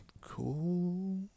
cool